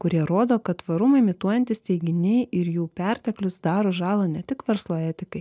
kurie rodo kad tvarumą imituojantys teiginiai ir jų perteklius daro žalą ne tik verslo etikai